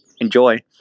Enjoy